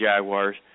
Jaguars